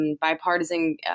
bipartisan